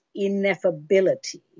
ineffability